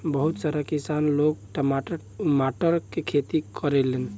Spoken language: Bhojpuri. बहुत सारा किसान लोग टमाटर उमाटर के खेती करेलन